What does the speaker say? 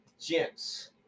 gents